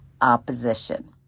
opposition